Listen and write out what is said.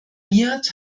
miert